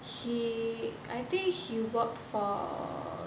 he I think he worked for